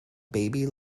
baby